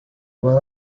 well